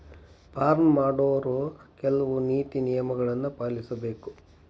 farm ಮಾಡೊವ್ರು ಕೆಲ್ವ ನೇತಿ ನಿಯಮಗಳನ್ನು ಪಾಲಿಸಬೇಕ